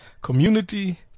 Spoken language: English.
community